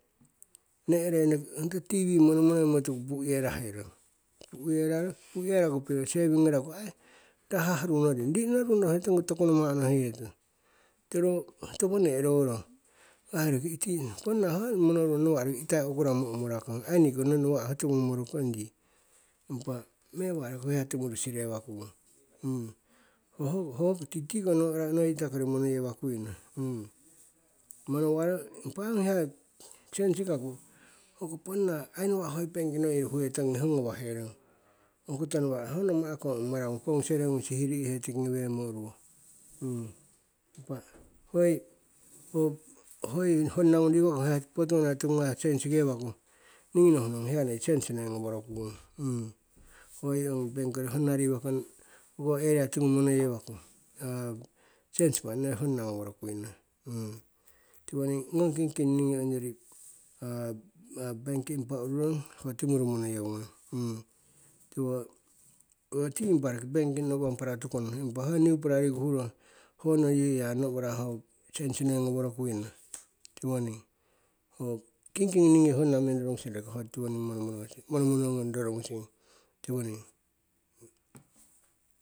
Ne'roi tv monomonoimo tuku pu'yerahe rong, puyeraku ai piro serving ngaraku rahah runoring rinono runorohetong toku namah onohihetong tiko ro topo ne'rorong. Ponna ho monorungong nawa'roki itai akuramo omorakong ai niko nawa' ho tiwo ngomorokong yi. Impa mewa roki ho hiya timuru sirewakung titiko noitakori monoyewakuino monowaro impa ai ho hiya noi sensikaku ai nawa' hoi bank noi huhetongi ho ngawaherong. Ongkoto nawa' ho nama'kong ong maragu pongusere ngung sihiri'he tiki ngewengmo uruwo. Impa hoi honna ngung riwakong ho potuana tingu sensikewaku ningi nohungong sensi noi ngoworokung, hoi ongi bank kikori honna riwakong monoyewaku sensi mani noi honna ngoworokuino. Ngong kingking honna impa ongori bank impa ururong ho timuru monoyeu ngono. Owoti impa roki bank wanpara tukono impa ho niupara riku huro honno yi ya ho sensi noi ngoworokuino tiwoning. Ho kingking ningi honna roki ho tiwoning monomono ngom rorongusing, tiwoning tiki ngewengmo uruwo